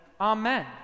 Amen